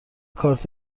کارت